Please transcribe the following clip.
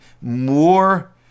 more